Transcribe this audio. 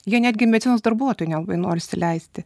jie netgi medicinos darbuotojų nelabai nori įsileisti